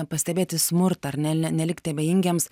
pastebėti smurtą ar ne nelikti abejingiems